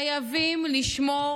חייבים לשמור